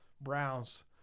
Browns